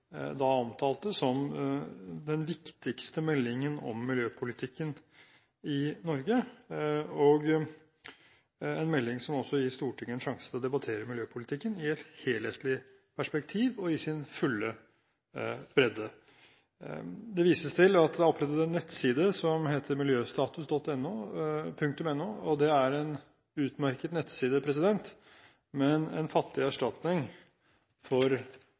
da omtalte som den viktigste meldingen om miljøpolitikken i Norge, og en melding som ga Stortinget en sjanse til å debattere miljøpolitikken i et helhetlig perspektiv og i sin fulle bredde. Det vises til at det er opprettet en nettside som heter miljøstatus.no. Det er en utmerket nettside, men en fattig erstatning for